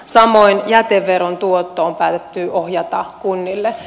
samoin jäteveron tuotto on päätetty ohjata kunnille